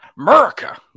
America